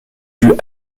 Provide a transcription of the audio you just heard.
due